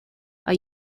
are